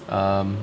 um